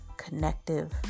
connective